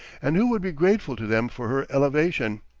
and who would be grateful to them for her elevation.